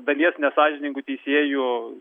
dalies nesąžiningų teisėjų